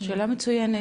שאלה מצוינת.